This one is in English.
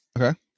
Okay